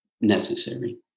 necessary